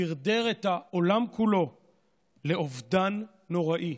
דרדר את העולם כולו לאובדן נוראי.